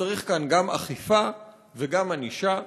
וצריך כאן גם אכיפה וגם ענישה.